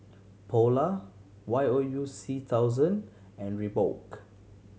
Polar Y O U C thousand and Reebok